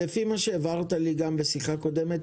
לפי מה שהבהרת לי גם בשיחה קודמת,